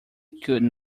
could